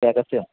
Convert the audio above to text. രഹസ്യം